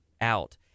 out